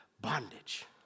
bondage